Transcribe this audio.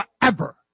forever